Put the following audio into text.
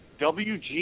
WG